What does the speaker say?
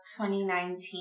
2019